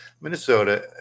Minnesota